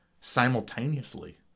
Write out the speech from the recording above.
simultaneously